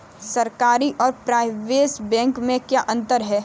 सरकारी और private bank में क्या अंतर है?